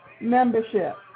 membership